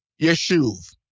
Yeshuv